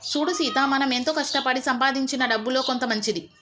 సూడు సీత మనం ఎంతో కష్టపడి సంపాదించిన డబ్బులో కొంత మంచిది